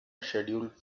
scheduled